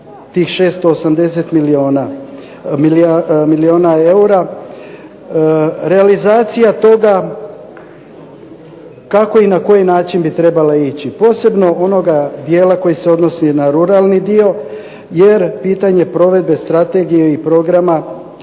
tih 680 milijuna eura? Realizacija toga kako i na koji način bi trebala ići? Posebno onoga dijela koji se odnosi na ruralni dio jer pitanje provedbe strategije i programa